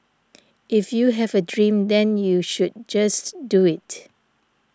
if you have a dream then you should just do it